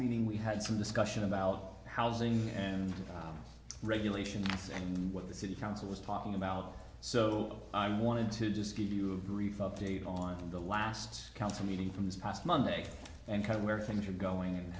meeting we had some discussion about housing and regulation and what the city council was talking about so i'm wanted to just give you a brief update on the last council meeting from this past monday and where things are going and